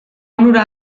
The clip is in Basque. onura